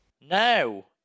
No